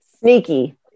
Sneaky